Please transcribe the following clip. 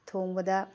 ꯊꯣꯡꯕꯗ